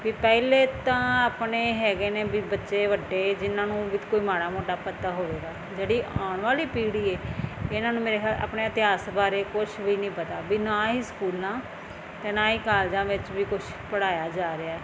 ਵੀ ਪਹਿਲੇ ਤਾਂ ਆਪਣੇ ਹੈਗੇ ਨੇ ਵੀ ਬੱਚੇ ਵੱਡੇ ਜਿਹਨਾਂ ਨੂੰ ਵੀ ਕੋਈ ਮਾੜਾ ਮੋਟਾ ਪਤਾ ਹੋਵੇਗਾ ਜਿਹੜੀ ਆਉਣ ਵਾਲੀ ਪੀੜ੍ਹੀ ਹੈ ਇਹਨਾਂ ਨੂੰ ਮੇਰੇ ਖਿਆਲ ਆਪਣੇ ਇਤਿਹਾਸ ਬਾਰੇ ਕੁਛ ਵੀ ਨਹੀਂ ਪਤਾ ਵੀ ਨਾ ਹੀ ਸਕੂਲਾਂ ਅਤੇ ਨਾ ਹੀ ਕਾਲਜਾਂ ਵਿੱਚ ਵੀ ਕੁਛ ਪੜ੍ਹਾਇਆ ਜਾ ਰਿਹਾ ਹੈ